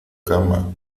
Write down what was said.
cama